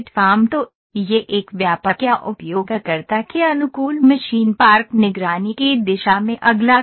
तो यह एक व्यापक या उपयोगकर्ता के अनुकूल मशीन पार्क निगरानी की दिशा में अगला कदम है